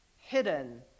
hidden